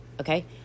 okay